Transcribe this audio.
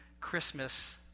Christmas